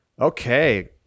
Okay